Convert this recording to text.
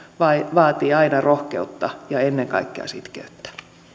vaatii aina rohkeutta ja ennen kaikkea sitkeyttä